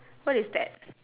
what is that